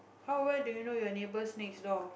how well do you know your neighbours next door